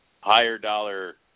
higher-dollar